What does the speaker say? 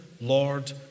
Lord